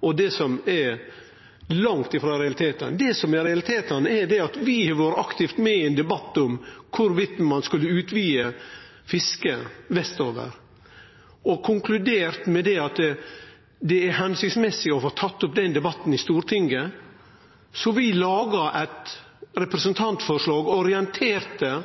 og det som er langt frå realitetane. Det som er realitetane, er at vi har vore aktivt med i ein debatt om ein skulle utvide fisket vestover, og har konkludert med at det er hensiktsmessig å få tatt opp den debatten i Stortinget. Så vi laga eit representantforslag og orienterte